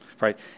right